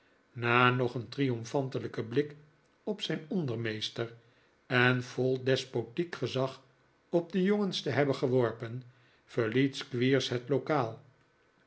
na nog een triomfantelijken blik op zijn ondermeester en vol despotiek gezag op de jongens te hebben geworpen verliet squeers het lokaal